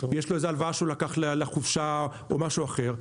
יש לו איזה הלוואה שהוא לקח לחופשה או משהו אחר.